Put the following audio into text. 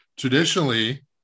traditionally